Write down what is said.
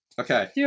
Okay